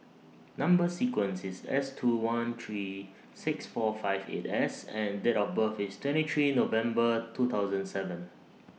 Number sequence IS S two one three six four five eight S and Date of birth IS twenty three November two thousand seven